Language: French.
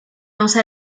lance